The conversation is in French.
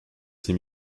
ses